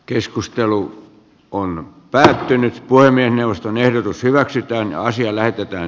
keskustelu on päättynyt puhemiesneuvoston ehdotus hyväksytty asia lähetetään